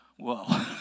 Whoa